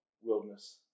Wilderness